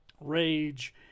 rage